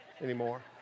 anymore